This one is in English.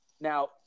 Now